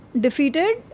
defeated